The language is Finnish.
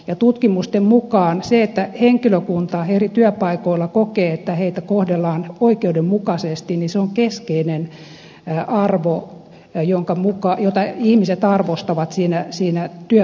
ja tutkimusten mukaan se että henkilökunta eri työpaikoilla kokee että heitä kohdellaan oikeudenmukaisesti on keskeinen arvo jota ihmiset arvostavat siinä työpaikassa